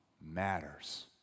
matters